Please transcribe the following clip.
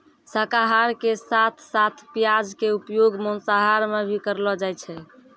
शाकाहार के साथं साथं प्याज के उपयोग मांसाहार मॅ भी करलो जाय छै